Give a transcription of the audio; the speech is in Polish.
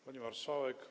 Pani Marszałek!